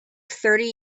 thirty